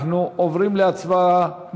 אנחנו עוברים להצבעה.